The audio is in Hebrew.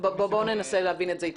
בואו ננסה להבין את זה איתכם.